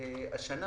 השנה